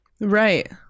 Right